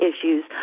issues